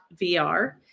VR